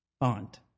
bond